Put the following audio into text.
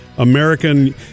American